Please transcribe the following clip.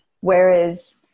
whereas